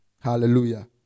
Hallelujah